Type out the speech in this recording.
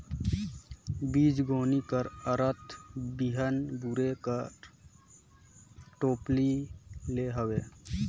बीजगोनी कर अरथ बीहन बुने कर टोपली ले हवे